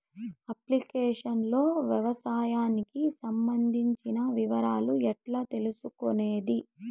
Application లో వ్యవసాయానికి సంబంధించిన వివరాలు ఎట్లా తెలుసుకొనేది?